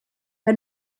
que